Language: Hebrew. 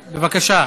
בבקשה,